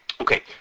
Okay